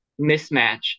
mismatch